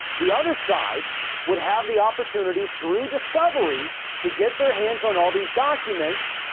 the other side would have the opportunity through discovery to get their hands on all these documents,